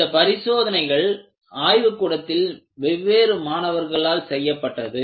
இந்த பரிசோதனைகள் ஆய்வு கூடத்தில் வெவ்வேறு மாணவர்களால் செய்யப்பட்டது